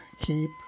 keep